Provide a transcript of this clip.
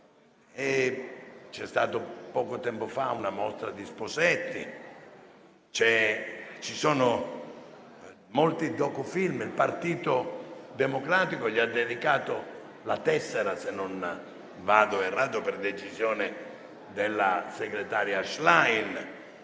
C'è stata poco tempo fa una mostra di Sposetti, ci sono molti docufilm, il Partito Democratico gli ha dedicato la tessera, se non vado errato, per decisione della segretaria Schlein